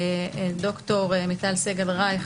ד"ר מיטל סגל רייך,